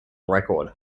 record